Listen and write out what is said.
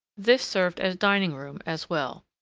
this served as dining-room as well.